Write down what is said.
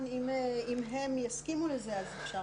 אם הם יסכימו לזה אז אפשר.